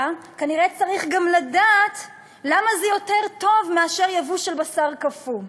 כנראה צריך גם לדעת למה זה יותר טוב מאשר יבוא של בשר קפוא.